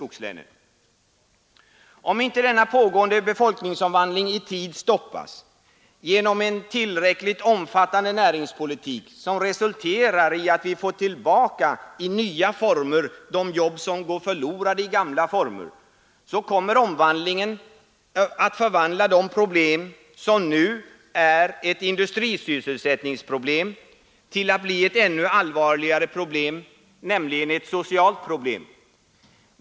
Om inte denna pågående befolkningsomvandling i tid stoppas genom en tillräckligt omfattande näringspolitik — som resulterar i att vi får tillbaka, i nya former, de jobb som går förlorade — kommer denna utveckling att förvandla de problem, som nu är industrisysselsättningsproblem, till ännu allvarligare problem, nämligen sociala.